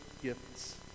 gifts